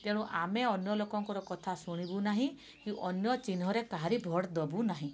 ତେଣୁ ଆମେ ଅନ୍ୟ ଲୋକଙ୍କର କଥା ଶୁଣିବୁ ନାହିଁ କି ଅନ୍ୟ ଚିହ୍ନରେ କାହାରି ଭୋଟ୍ ଦେବୁ ନାହିଁ